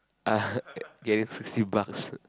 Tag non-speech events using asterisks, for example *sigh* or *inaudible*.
*laughs* get this sixty bucks